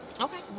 Okay